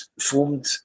formed